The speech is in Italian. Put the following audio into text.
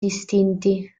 distinti